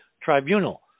tribunal